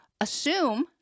assume